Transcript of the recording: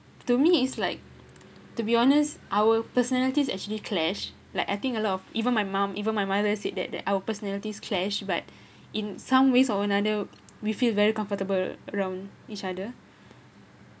to me is like to be honest our personalities actually clash like I think a lot of even my mum even my mother said that that our personalities clash but in some way or another we feel very comfortable around each other